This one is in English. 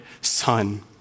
son